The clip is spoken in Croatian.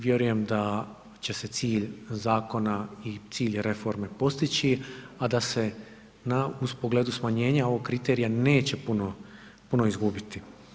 Vjerujem da će se cilj zakona i cilj reforme postići, a da se u pogledu smanjenja ovog kriterija neće puno, puno izgubiti.